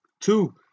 Two